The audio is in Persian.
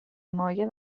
مایع